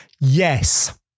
yes